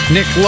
Nick